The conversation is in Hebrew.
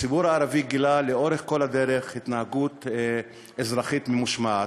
הציבור הערבי גילה לאורך כל הדרך התנהגות אזרחית ממושמעת.